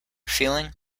feeling